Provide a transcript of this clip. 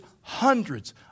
hundreds